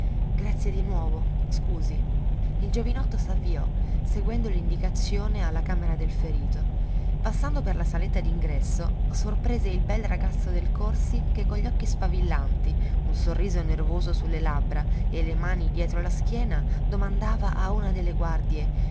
grazie di nuovo scusi il giovinotto s'avviò seguendo l'indicazione alla camera del ferito passando per la saletta d'ingresso sorprese il bel ragazzo del corsi che con gli occhi sfavillanti un sorriso nervoso su le labbra e le mani dietro la schiena domandava a una delle guardie